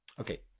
Okay